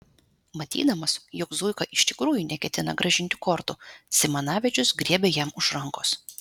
matydamas jog zuika iš tikrųjų neketina grąžinti kortų simanavičius griebė jam už rankos